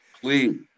please